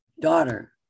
daughter